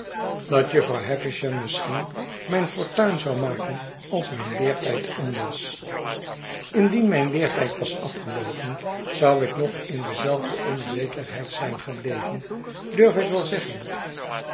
dat jufvrouw havisham misschien mijn fortuin zou maken als mijn leertijd om was indien mijn ieertijd was afgeloopen zou ik nog in dezelide onzekerheid zijn gebleven durf ik wel zeggen